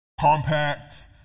Compact